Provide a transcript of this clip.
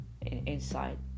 inside